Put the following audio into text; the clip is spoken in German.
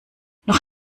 noch